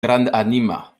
grandanima